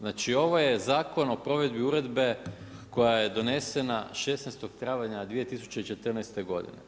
Znači ovo je Zakon o provedbi uredbe koja je donesena 16. travnja 2014. godine.